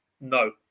no